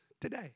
today